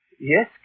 Yes